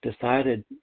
decided